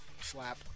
Slap